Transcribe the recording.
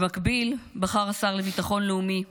במקביל בחר השר לביטחון לאומי,